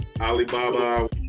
Alibaba